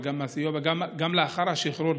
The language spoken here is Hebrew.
וגם לאחר השחרור,